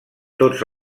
tots